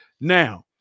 Now